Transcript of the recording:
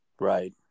Right